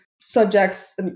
subjects